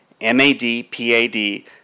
M-A-D-P-A-D